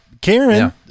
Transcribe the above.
karen